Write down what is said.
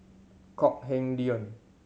Kok Heng Leun